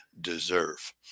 deserve